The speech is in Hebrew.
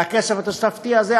והכסף התוספתי הזה,